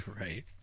right